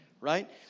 right